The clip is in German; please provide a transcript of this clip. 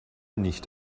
nicht